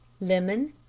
lemon,